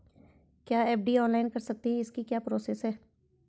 क्या FD online कर सकते हैं इसकी क्या प्रोसेस है?